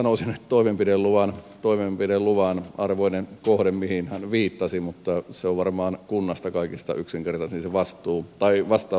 sanoisin että toimenpideluvan arvoinen kohde mihin hän viittasi mutta varmaan kunnasta on kaikista yksinkertaisin se vastaus löytää